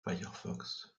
firefox